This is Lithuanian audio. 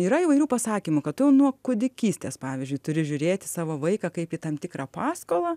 yra įvairių pasakymų kad tu nuo kūdikystės pavyzdžiui turi žiūrėt į savo vaiką kaip į tam tikrą paskolą